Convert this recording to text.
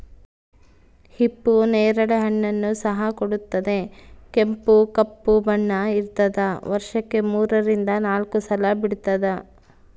ಹಿಪ್ಪು ನೇರಳೆ ಹಣ್ಣನ್ನು ಸಹ ಕೊಡುತ್ತದೆ ಕೆಂಪು ಕಪ್ಪು ಬಣ್ಣ ಇರ್ತಾದ ವರ್ಷಕ್ಕೆ ಮೂರರಿಂದ ನಾಲ್ಕು ಸಲ ಬಿಡ್ತಾದ